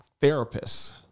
therapists